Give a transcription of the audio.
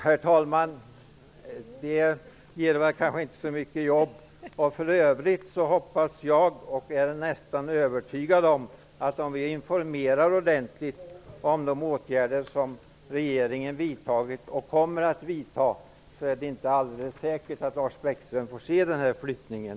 Herr talman! Det genererar kanske inte så mycket jobb. För övrigt är jag nästan övertygad om att om vi informerar ordentligt om de åtgärder som regeringen vidtagit och kommer att vidta, får Lars Bäckström inte se den flyttningen.